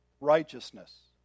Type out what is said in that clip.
righteousness